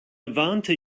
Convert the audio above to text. warnte